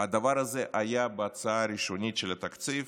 הדבר הזה היה בהצעה הראשונית של התקציב,